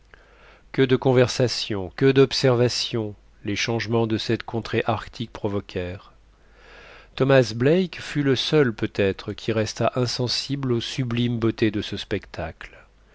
que de conversations que d'observations les changements de cette contrée arctique provoquèrent thomas black fut le seul peut-être qui restât insensible aux sublimes beautés de ce spectacle